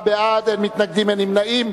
24 בעד, אין מתנגדים, אין נמנעים.